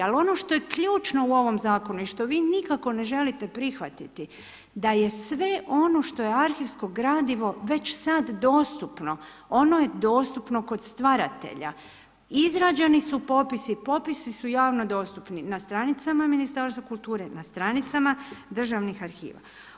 Ali ono što je ključno u ovom zakonu i što vi nikako ne želite prihvatiti da je sve ono što je arhivsko gradivo već sad dostupno, ono je dostupno kod stvaratelja, izrađeni su popisi, popisi su javno dostupni na stranicama Ministarstva kulture, na stranicama državnih arhiva.